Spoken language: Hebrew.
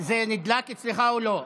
זה נדלק אצלך או לא?